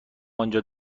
انجا